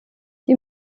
die